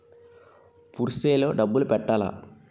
Purse లో డబ్బులు పెట్టలా?